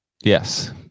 Yes